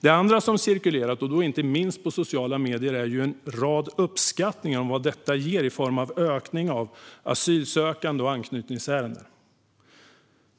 Det andra som har cirkulerat, inte minst på sociala medier, är en rad uppskattningar av vad förslaget ger i form av ökning av antalet asylsökande och anknytningsärenden.